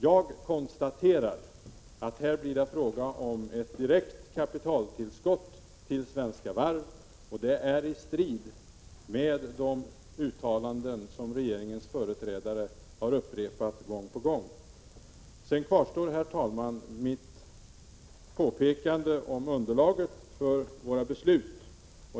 Jag konstaterar att det här blir fråga om ett direkt kapitaltillskott till Svenska Varv AB. Det är i strid med de uttalanden som regeringens företrädare har upprepat gång på gång. Sedan kvarstår, herr talman, mitt påpekande om underlaget för våra beslut.